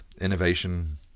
innovation